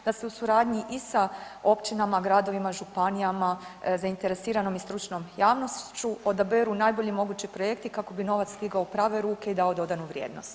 Da se u suradnji i sa općinama, gradovima, županijama, zainteresiranom i stručnom javnošću odaberu najbolji mogući projekti kako bi novac stigao u prave ruke i dao dodanu vrijednost.